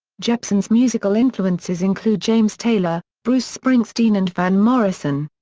jepsen's musical influences include james taylor, bruce springsteen and van morrison.